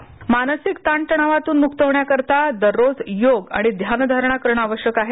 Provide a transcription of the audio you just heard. योग रूम मानसिक ताणतणावातून मुक्त होण्याकरीता दररोज योग आणि ध्यानधारणा करणआवश्यक आहे